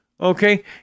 Okay